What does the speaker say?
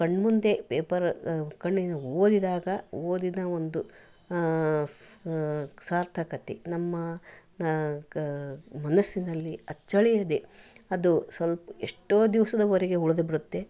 ಕಣ್ಮುಂದೆ ಪೇಪರ್ ಓದಿದಾಗ ಓದಿನ ಒಂದು ಸಾರ್ಥಕತೆ ನಮ್ಮ ಕ ಮನಸಿನಲ್ಲಿ ಅಚ್ಚಳಿಯದೆ ಅದು ಸ್ವಲ್ಪ ಏಷ್ಟೋ ದಿವಸದವರೆಗೆ ಉಳಿದು ಬಿಡುತ್ತೆ